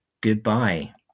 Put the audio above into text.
goodbye